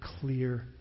clear